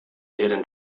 deren